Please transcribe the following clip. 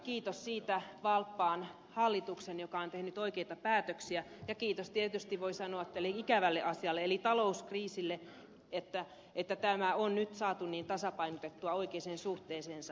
kiitos siitä valppaan hallituksen joka on tehnyt oikeita päätöksiä ja kiitos tietysti voi sanoa tälle ikävälle asialle eli talouskriisille että tämä on nyt saatu näin tasapainotettua oikeaan suhteeseensa